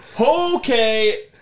okay